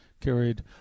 carried